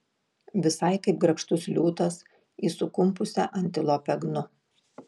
visai kaip grakštus liūtas į sukumpusią antilopę gnu